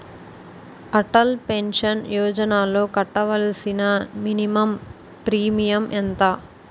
Atal pension యోజనలో కట్టవలసిన minimum premium ఎంత?